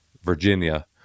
Virginia